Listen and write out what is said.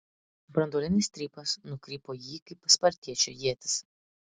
branduolinis strypas nukrypo į jį kaip spartiečio ietis